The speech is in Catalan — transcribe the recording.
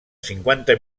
cinquanta